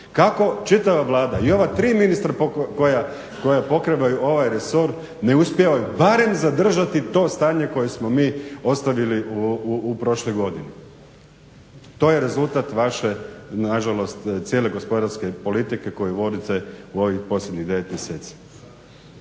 Kako čitava Vlada i ova tri ministra koja pokrivaju ovaj resor ne uspijevaju barem zadržati to stanje koje smo mi ostavili u prošloj godini? To je rezultat vaše nažalost cijele gospodarske politike koju vodite u ovih posljednjih 9 mjeseci.